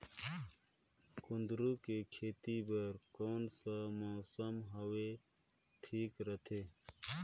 कुंदूरु के खेती बर कौन सा मौसम हवे ठीक रथे?